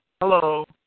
hello